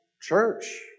church